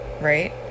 right